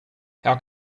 how